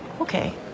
Okay